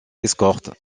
escorte